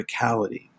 verticality